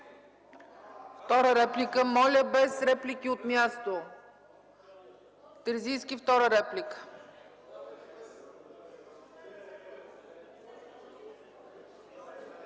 Втора реплика? Моля, без реплики от място! Терзийски – втора реплика.